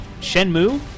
Shenmue